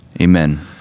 Amen